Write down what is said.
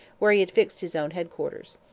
where he had fixed his own headquarters.